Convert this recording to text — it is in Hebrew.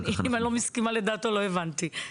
אם אני לא מסכימה לדעתו לא הבנתי,